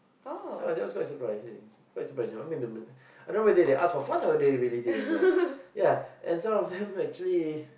ya that was quite surprising quite surprising I mean I don't even know if they ask for fun or they really didn't know and some of them actually